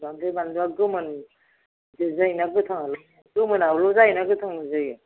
बांद्राय बानलुआ गोमोन जों जायो ना गोथाङाबो गोमोनाआल' जायोना गोथांबो जायो